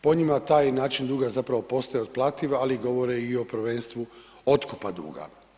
Po njima taj način duga zapravo postaje otplativa, ali govore i o prvenstvu otkupa duga.